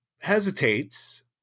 hesitates